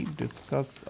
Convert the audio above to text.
discuss